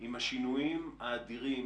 עם השינויים האדירים,